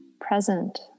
present